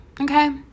okay